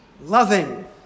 loving